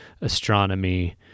astronomy